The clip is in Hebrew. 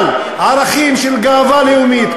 אבל ערכים של גאווה לאומית,